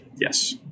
yes